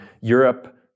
Europe